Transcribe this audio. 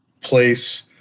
place